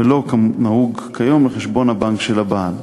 ולא כנהוג כיום, לחשבון הבנק של הבעל,